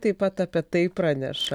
taip pat apie tai praneša